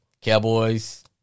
Cowboys